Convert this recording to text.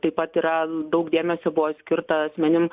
taip pat yra daug dėmesio buvo skirta asmenims